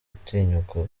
gutinyuka